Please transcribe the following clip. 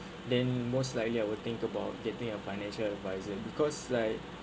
then most likely I will think about getting a financial adviser because like